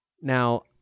Now